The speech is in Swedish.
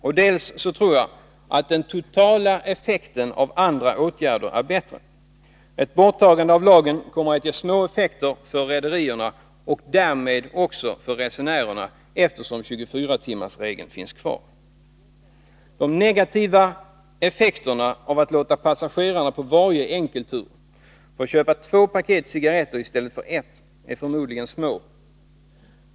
För det andra tror jag att den totala effekten av andra åtgärder är bättre. Ett borttagande av lagen kommer att ge små effekter för rederierna och därmed också för resenärerna, eftersom 24-timmarsregeln finns kvar. De negativa effekterna av att låta passagerarna på varje enkeltur köpa två paket cigaretter, i stället för ett, är förmodligen små.